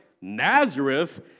Nazareth